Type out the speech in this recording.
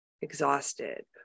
exhausted